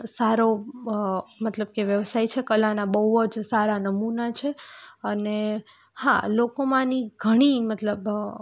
સારો મતલબ કે વ્યવસાય છે કલાના બહુ જ સારા નમુના છે અને હા લોકોમાં આની ઘણી મતલબ